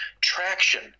traction